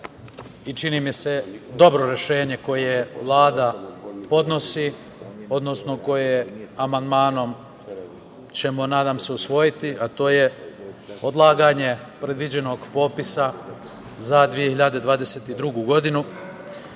i, čini mi se, dobro rešenje koje Vlada podnosi, odnosno koje ćemo amandmanom usvojiti, a to je odlaganje predviđenog popisa za 2022. godinu. Popis